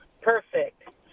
perfect